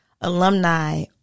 alumni